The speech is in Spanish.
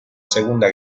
segunda